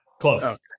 Close